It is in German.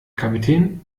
kapitän